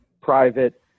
private